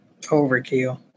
Overkill